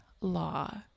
law